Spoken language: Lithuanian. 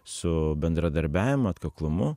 su bendradarbiavimu atkaklumu